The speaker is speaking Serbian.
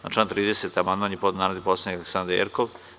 Na član 30. amandman je podneo narodna poslanica Aleksandra Jerkov.